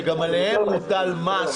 שגם עליהם מוטל מס